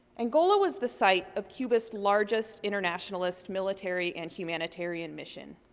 angola was the site of cuba's largest internationalist military and humanitarian mission.